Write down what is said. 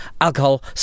alcohol